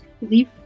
leave